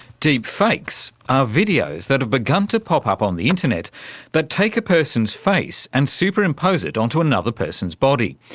deep fakes are videos that have begun to pop up on the internet that take a person's face and superimpose it onto another person's body.